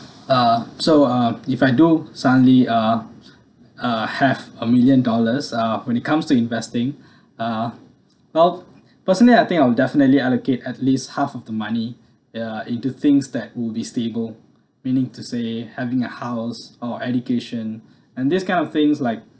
uh so uh if I do suddenly uh uh have a million dollars uh when it comes to investing uh well personally I think I will definitely allocate at least half of the money ya into things that would be stable meaning to say having a house or education and this kind of things like